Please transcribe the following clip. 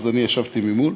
אז אני ישבתי ממול,